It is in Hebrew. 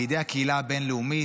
בידי הקהילה הבין-לאומית,